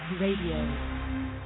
Radio